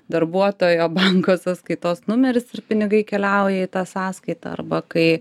darbuotojo banko sąskaitos numeris ir pinigai keliauja į tą sąskaitą arba kai